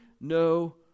no